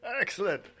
Excellent